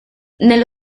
nello